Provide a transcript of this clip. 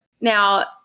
now